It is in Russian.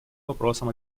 вопросом